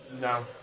No